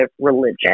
religion